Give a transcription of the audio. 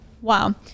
Wow